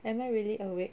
am I really awake